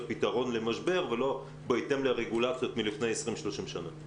פתרון למשבר ולא בהתאם לרגולציות מלפני 30-20 שנה.